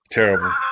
Terrible